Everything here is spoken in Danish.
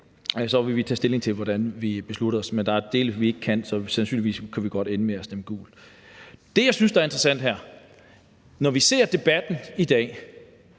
så vil vi tage stilling til, hvad vi beslutter. Men der er dele, vi ikke bryder os om, så sandsynligvis kan vi godt ende med at stemme gult. Det, jeg synes er interessant her, er, at vi i debatten i dag